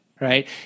right